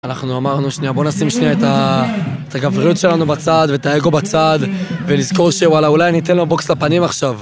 אנחנו אמרנו, שנייה בוא נשים שנייה את הגבריות שלנו בצד ואת האגו בצד ולזכור שוואלה, אולי ניתן לו בוקס לפנים עכשיו.